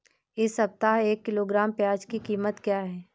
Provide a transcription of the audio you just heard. इस सप्ताह एक किलोग्राम प्याज की कीमत क्या है?